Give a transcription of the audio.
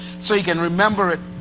so you can remember it,